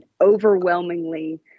Overwhelmingly